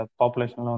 population